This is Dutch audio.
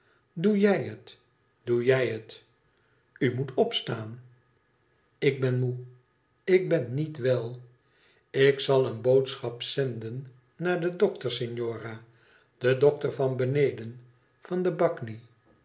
doejij het doe jij het u moet opstaan ik ben moe ik ben niet wel ik zal een boodschap zenden naar den dokter signora dokter van beneden van de bagni